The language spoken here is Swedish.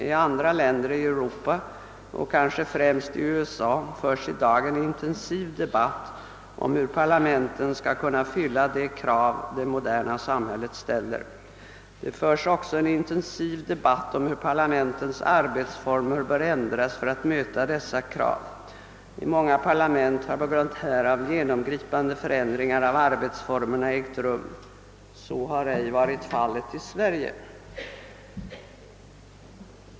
I andra länder i Europa och kanske främst i USA förs i dag en intensiv debatt om hur parlamenten skall kunna fylla de krav det moderna samhället ställer. Det förs också en intensiv debatt om hur parlamentens arbetsformer bör ändras för att möta dessa krav. I många parlament har på grund härav genomgripande förändringar av arbetsformerna ägt rum. Så har ej varit fallet i Sverige.